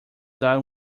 dar